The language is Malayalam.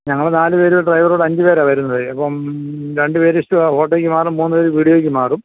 ഞങ്ങള് നാല് പേരും ഒരു ഡ്രൈവറും കൂടെ അഞ്ച് പേരാണ് വരുന്നതെ അപ്പം രണ്ട് പേര് സ്റ്റ് ഫോട്ടോയ്ക്ക് മാറും മൂന്ന് പേര് വീഡിയോയ്ക്ക് മാറും